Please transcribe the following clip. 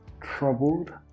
troubled